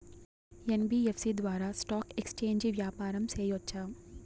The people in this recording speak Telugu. యన్.బి.యఫ్.సి ద్వారా స్టాక్ ఎక్స్చేంజి వ్యాపారం సేయొచ్చా?